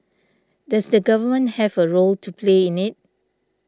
does the government have a role to play in it